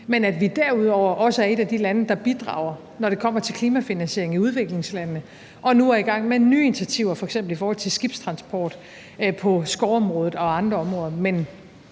men at vi derudover også er et af de lande, der bidrager, når det kommer til klimafinansiering i udviklingslandene, og nu er i gang med nye initiativer, f.eks. i forhold til skibstransport på skovområdet og andre områder.